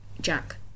Jack